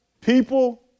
People